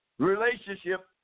relationship